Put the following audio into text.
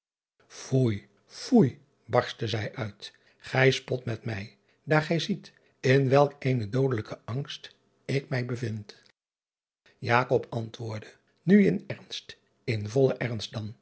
foie barstte zij uit gij spot met mij daar gij ziet in welk eenen doodelijken angst ik mij bevinde antwoordde u in ernst in vollen ernst